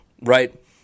right